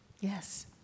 Yes